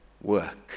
work